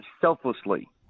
selflessly